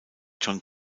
john